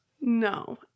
No